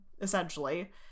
essentially